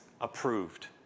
approved